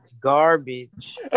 garbage